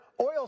oil